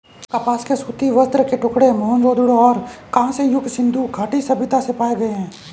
कपास के सूती वस्त्र के टुकड़े मोहनजोदड़ो और कांस्य युग सिंधु घाटी सभ्यता से पाए गए है